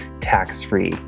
tax-free